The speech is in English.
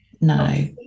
no